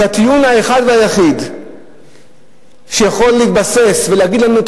שהטיעון האחד והיחיד שיכול להתבסס ולהגיד לנו את